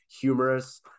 humorous